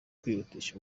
kwihutisha